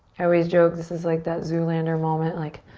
i always joke this is like that zoolander moment. like,